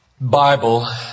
Bible